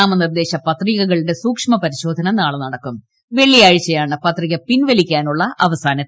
നാമനിർദ്ദേശ പത്രികകളുടെ സൂക്ഷ്മ പരിശോധന നാളെ വെള്ളിയാഴ്ചയാണ് പത്രിക പിൻവലിക്കാനുള്ള അവസാന നടക്കും